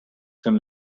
jsem